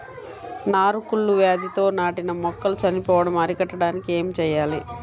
నారు కుళ్ళు వ్యాధితో నాటిన మొక్కలు చనిపోవడం అరికట్టడానికి ఏమి చేయాలి?